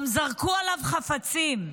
גם זרקו עליו חפצים.